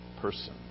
person